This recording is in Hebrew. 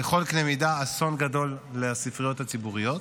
בכל קנה מידה, אסון גדול לספריות הציבוריות.